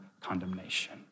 condemnation